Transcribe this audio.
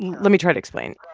let me try to explain.